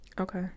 Okay